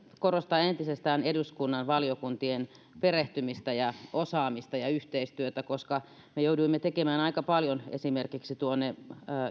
korostaa entisestään eduskunnan valiokuntien perehtymistä osaamista ja yhteistyötä me jouduimme tekemään aika paljon esimerkiksi